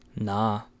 Nah